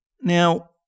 Now